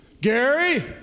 Gary